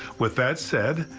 with that said,